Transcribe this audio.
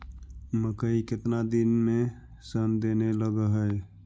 मकइ केतना दिन में शन देने लग है?